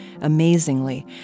Amazingly